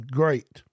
great